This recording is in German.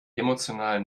emotional